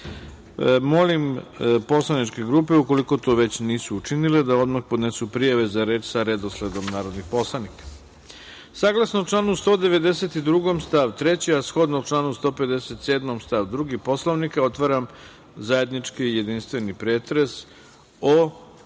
grupe. Molim poslaničke grupe ukoliko to već nisu učinile da odmah podnesu prijave za reč sa redosledom narodnih poslanika. Saglasno članu 192. stav 3, a shodno članu 157. stav 2. Poslovnika, otvaram zajednički jedinstveni pretres po